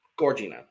Gorgina